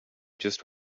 just